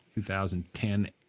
2010